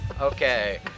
Okay